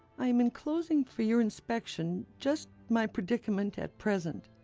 i am enclosing for your inspection just my predicament at present.